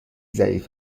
ضعیف